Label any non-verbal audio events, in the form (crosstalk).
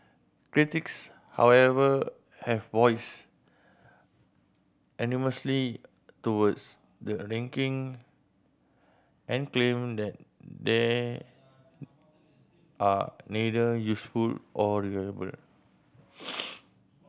critics however have voiced (unintelligible) towards the linking and claim that they are neither useful nor reliable (noise)